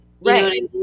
Right